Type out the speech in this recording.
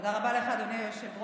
תודה רבה לך, אדוני היושב-ראש.